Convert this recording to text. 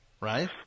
right